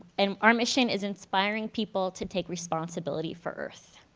and our mission is inspiring people to take responsibility for earth.